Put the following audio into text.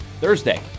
Thursday